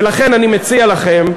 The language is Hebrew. ולכן אני מציע לכם,